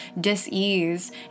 dis-ease